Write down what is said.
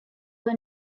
were